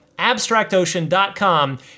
AbstractOcean.com